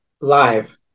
live